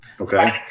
Okay